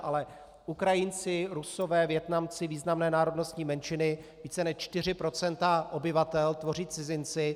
Ale Ukrajinci, Rusové, Vietnamci významné národnostní menšiny, více než 4 % obyvatel tvoří cizinci.